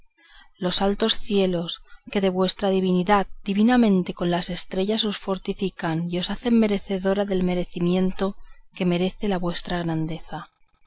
los altos cielos que de vuestra divinidad divinamente con las estrellas os fortifican y os hacen merecedora del merecimiento que merece la vuestra grandeza